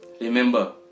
remember